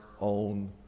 own